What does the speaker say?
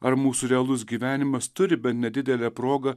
ar mūsų realus gyvenimas turi bent nedidelę progą